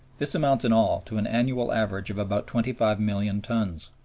this amounts in all to an annual average of about twenty five million tons.